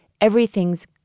everything's